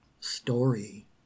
story